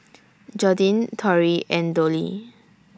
Jordyn Torrey and Dollie